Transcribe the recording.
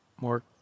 more